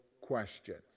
questions